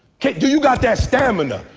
okay, you you got that stamina?